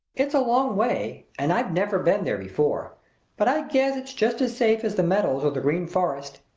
it's a long way, and i've never been there before but i guess it's just as safe as the meadows or the green forest.